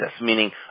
meaning